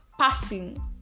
passing